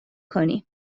کنیم